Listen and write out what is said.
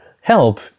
help